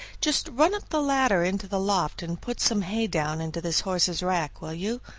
just run up the ladder into the loft and put some hay down into this horse's rack, will you?